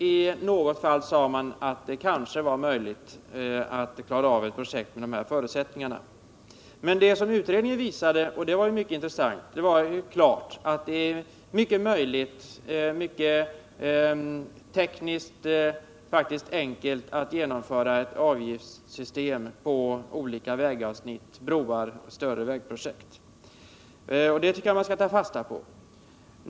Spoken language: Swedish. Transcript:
I något fall sade man att det kanske var möjligt att klara av ett projekt med de angivna förutsättningarna. Det som utredningen visade klart — vilket var mycket intressant — var att det är både möjligt och tekniskt enkelt att genomföra ett avgiftssystem på olika vägprojekt, broar och större vägar. Det tycker jag att man skall ta fasta på.